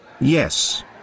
Yes